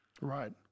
Right